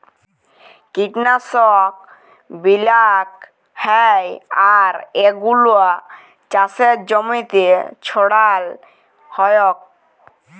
কীটলাশক ব্যলাক হ্যয় আর এগুলা চাসের জমিতে ছড়াল হ্য়য়